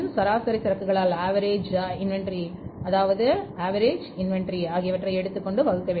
S எடுத்துக்கொண்டு வகுக்க வேண்டும்